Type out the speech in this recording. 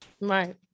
right